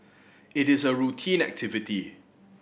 it is a routine activity